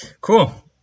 cool